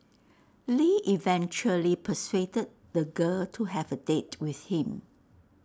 lee eventually persuaded the girl to have A date with him